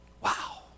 Wow